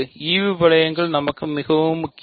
ஈவு வளையங்கள் நமக்கு மிகவும் முக்கியம்